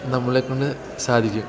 നമ്മളെ കൊണ്ട് സാധിക്കും